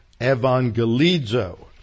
evangelizo